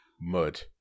mud